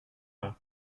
uang